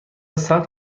ثبت